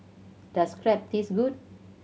does Crepe taste good